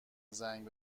زنگ